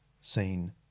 seen